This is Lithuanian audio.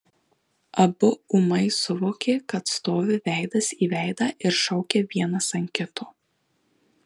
abu ūmai suvokė kad stovi veidas į veidą ir šaukia vienas ant kito